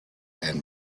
and